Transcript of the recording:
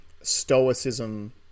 stoicism